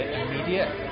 immediate